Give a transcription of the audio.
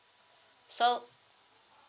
so